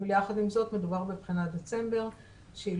אבל יחד עם זאת מדובר בבחינת דצמבר שהיא